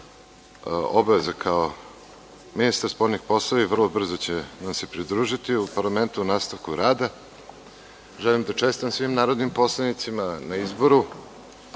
obaveze kao ministar spoljnih poslova vrlo brzo će nam se pridružiti u parlamentu u nastavku rada. Želim da čestitam svim narodnim poslanicima na izboru